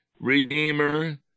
redeemer